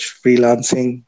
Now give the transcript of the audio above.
freelancing